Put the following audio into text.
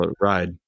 ride